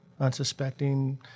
unsuspecting